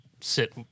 sit